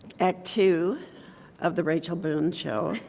act two of the rachel boone show